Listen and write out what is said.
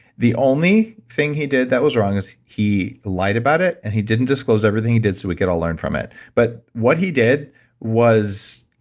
the only thing he did that was wrong is he lied about it and he didn't disclose everything he did so we could all learn from it. but what he did was